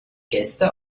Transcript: gäste